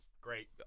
Great